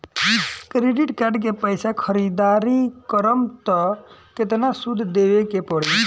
Credit card के पैसा से ख़रीदारी करम त केतना सूद देवे के पड़ी?